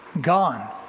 gone